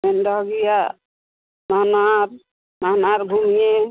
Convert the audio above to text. फ़िर डोगिया मनार मनार घूमिए